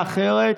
הצעה אחרת?